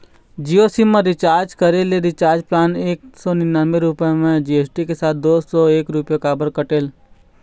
Jio SIM मा recharge करे ले रिचार्ज प्लान एक सौ निन्यानबे रुपए मा जी.एस.टी के साथ दो सौ एक रुपया काबर कटेल?